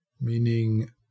meaning